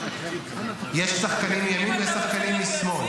יש שחקנים מימין ויש שחקנים משמאל.